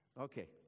Okay